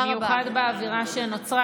במיוחד באווירה שנוצרה.